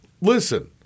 Listen